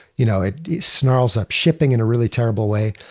you know it snarls up shipping in a really terrible way.